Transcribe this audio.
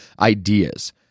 ideas